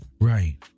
Right